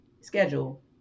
schedule